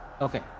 Okay